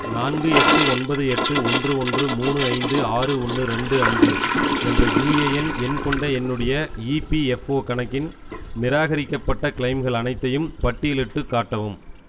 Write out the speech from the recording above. நான்கு எட்டு ஒன்பது எட்டு ஓன்று ஓன்று மூணு ஐந்து ஆறு ஒன்னு ரெண்டு அஞ்சு என்ற யுஏஎன் எண் கொண்ட என்னுடைய இபிஎஃப்ஓ கணக்கின் நிராகரிக்கப்பட்ட கிளெய்ம்கள் அனைத்தையும் பட்டியலிட்டுக் காட்டவும்